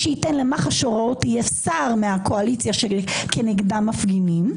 מי שייתן למח"ש הוראות יהיה שר מהקואליציה שכנגדה מפגינים;